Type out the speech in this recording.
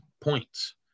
points